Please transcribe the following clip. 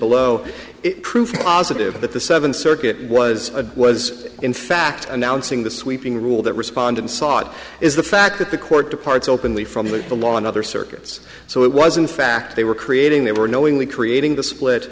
below is proof positive that the seventh circuit was a was in fact announcing the sweeping rule that respondent sought is the fact that the court departs openly from the law in other circuits so it was in fact they were creating they were knowingly creating the split